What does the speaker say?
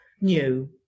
new